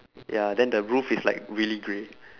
ya then the roof is like really grey